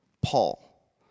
Paul